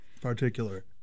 particular